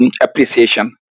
appreciation